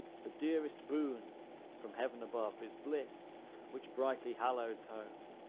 the dearest boon from heaven above, is bliss which brightly hallows home,